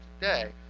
today